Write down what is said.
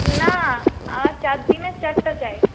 না আমার চার দিনের চারটা চাই